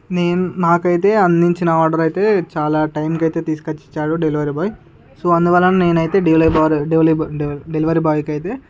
నేను నాకైతే అందించిన ఆర్డర్ అయితే చాలా టైమ్ కి అయితే తీసుకొచ్చిచ్చాడు డెలివరీ బాయ్ సో అందువలన నేనైతే డేలర్ బాయ్ డెలివరీ బాయ్ కయితే